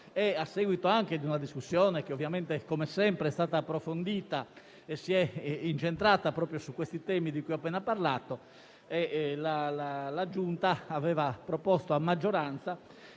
A seguito anche di una discussione che, come sempre, è stata approfondita e si è incentrata proprio su questi temi di cui ho appena parlato, la Giunta aveva proposto a maggioranza